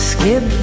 Skip